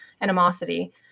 animosity